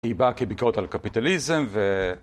היא באה כביקורת על קפיטליזם ו...